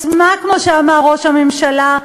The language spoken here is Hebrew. כמו שאמר ראש הממשלה,